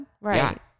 Right